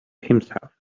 himself